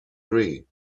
three